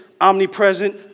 omnipresent